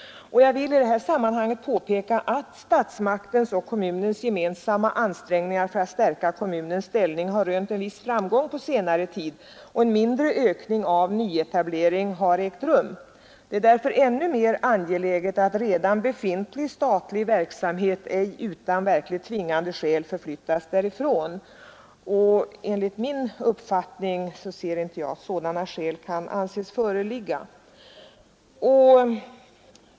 Jag vill i detta sammanhang påpeka att statsmaktens och kommunens gemensamma ansträngningar för att stärka kommunens ställning har rönt en viss framgång på senare tid, och en mindre ökning av nyetablering har ägt rum. Det är därför synnerligen angeläget att redan befintlig statlig verksamhet ej utan verkligt tvingande skäl förflyttas därifrån, och enligt min uppfattning kan inte sådana skäl anses föreligga.